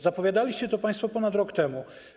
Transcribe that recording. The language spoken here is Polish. Zapowiadaliście to państwo ponad rok temu.